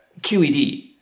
QED